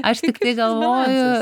aš tiktai galvoju